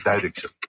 direction